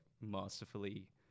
masterfully